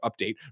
Update